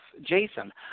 Jason